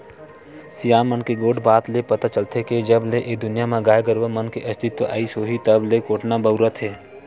सियान मन के गोठ बात ले पता चलथे के जब ले ए दुनिया म गाय गरुवा मन के अस्तित्व आइस होही तब ले कोटना बउरात हे